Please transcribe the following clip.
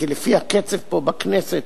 כי לפי הקצב פה בכנסת